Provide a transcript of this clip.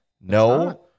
no